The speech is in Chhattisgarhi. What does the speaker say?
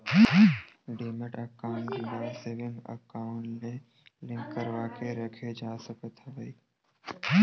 डीमैट अकाउंड ल सेविंग अकाउंक ले लिंक करवाके रखे जा सकत हवय